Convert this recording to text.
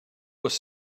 was